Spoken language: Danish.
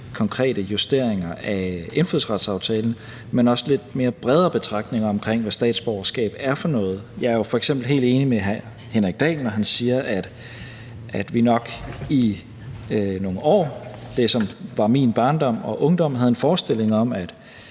konkrete justeringer af indfødsretsaftalen, men også lidt mere brede betragtninger om, hvad statsborgerskabet er for noget. Jeg er jo f.eks. helt enig med hr. Henrik Dahl, når han siger, at vi nok i nogle år – det, som var min barndom og ungdom – havde en forestilling om, at